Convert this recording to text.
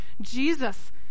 Jesus